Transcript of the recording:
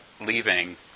leaving